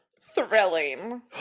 Thrilling